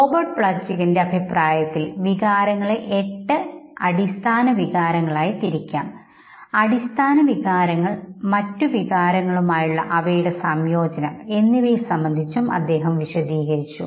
Robert പ്ലച്ചിക്കിന്റെ അഭിപ്രായത്തിൽ വികാരങ്ങളെ എട്ട് അടിസ്ഥാന വികാരങ്ങളായി തിരിക്കാം അടിസ്ഥാന വികാരങ്ങൾ മറ്റു വികാരങ്ങളുമായുള്ള അവയുടെ സംയോജനം എന്നിവയെ സംബന്ധിച്ചും അദ്ദേഹം വിശദീകരിച്ചു